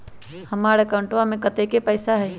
हमार अकाउंटवा में कतेइक पैसा हई?